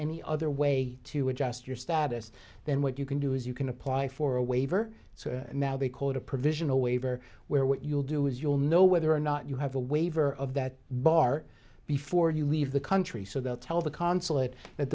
any other way to adjust your status then what you can do is you can apply for a waiver so now they call it a provisional waiver where what you'll do is you'll know whether or not you have a waiver of that bar before you leave the country so they'll tell the consulate that